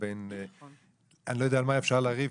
יבגני נבחר מהסיעה,